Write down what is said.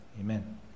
Amen